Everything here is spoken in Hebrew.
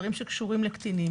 דברים שקשורים לקטינים,